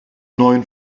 neuen